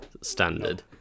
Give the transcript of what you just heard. standard